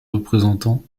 représentants